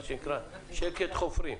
מה שנקרא "שקט חופרים".